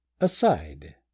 Aside